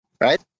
Right